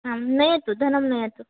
आम् नयतु धनं नयतु